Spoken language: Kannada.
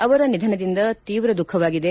ಅವರ ನಿಧನದಿಂದ ತೀವ್ರ ದುಃಖವಾಗಿದೆ